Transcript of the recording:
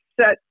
set